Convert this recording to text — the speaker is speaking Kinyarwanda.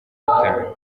bitanu